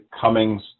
Cummings